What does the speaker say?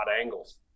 angles